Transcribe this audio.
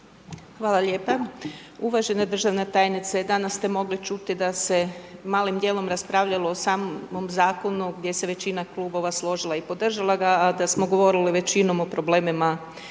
Hvala lijepa. Uvažena državna tajnice, danas ste mogli čuti da se malim djelom raspravljalo samom zakonu gdje se većina klubova složila i podržala a da smo govorili većinom o problemima u